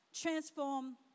transform